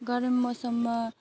गरम मौसममा